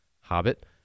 Hobbit